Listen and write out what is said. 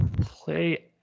play